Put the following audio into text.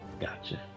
Gotcha